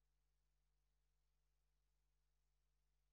י' באייר